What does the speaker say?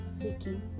seeking